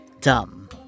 Dumb